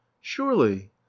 surely